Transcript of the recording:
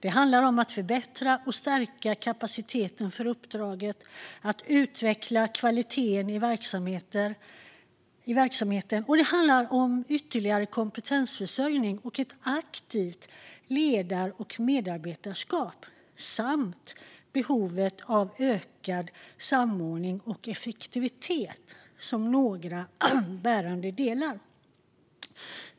Det handlar om att förbättra och stärka kapaciteten för uppdraget och utveckla kvaliteten i verksamheten, om ytterligare kompetensförsörjning och ett aktivt ledar och medarbetarskap samt om behovet av ökad samordning och effektivitet, som några bärande delar.